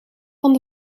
van